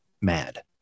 mad